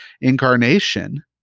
incarnation